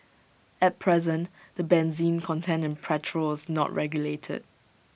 at present the benzene content in petrol is not regulated